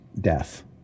death